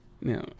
Now